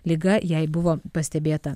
liga jai buvo pastebėta